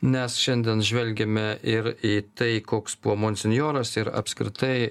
nes šiandien žvelgiame ir į tai koks buvo monsinjoras ir apskritai